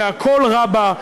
שהכול רע בה,